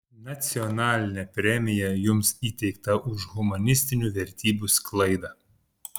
nacionalinė premija jums įteikta už humanistinių vertybių sklaidą